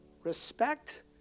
respect